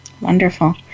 Wonderful